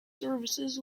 services